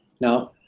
Now